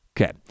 Okay